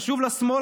חשובים לשמאל,